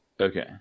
Okay